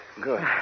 Good